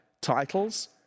titles